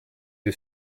die